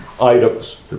items